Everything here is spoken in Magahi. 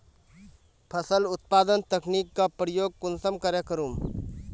फसल उत्पादन तकनीक का प्रयोग कुंसम करे करूम?